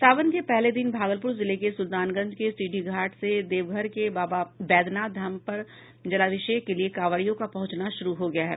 सावन के पहले दिन भागलप्र जिले के सुल्तानगंज के सीढ़ी घाट से देवघर के बाबा बैद्यनाथ पर जलामिषेक के लिए कांवरियों का पहुंचना शुरू हो गया है